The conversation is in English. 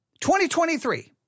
2023